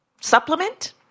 supplement